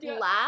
laugh